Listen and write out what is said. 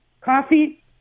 Coffee